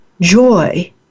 joy